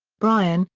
bryan,